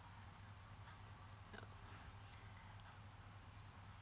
uh